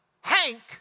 Hank